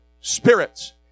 spirits